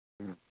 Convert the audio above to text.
ꯎꯝ